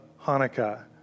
Hanukkah